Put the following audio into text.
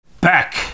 back